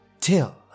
till